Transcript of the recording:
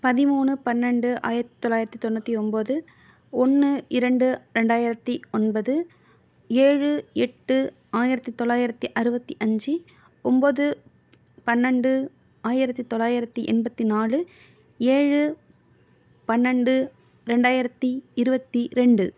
பதிமூணு பன்னெண்டு ஆயிரத்தி தொள்ளாயிரத்தி தொண்ணூற்றி ஒம்பது ஒன்று இரண்டு ரெண்டாயிரத்தி ஒன்பது ஏழு எட்டு ஆயிரத்தி தொள்ளாயிரத்தி அறுபத்தி அஞ்சு ஒம்பது பன்னெண்டு ஆயிரத்தி தொள்ளாயிரத்தி எண்பத்தி நாலு ஏழு பன்னெண்டு ரெண்டாயிரத்தி இருபத்தி ரெண்டு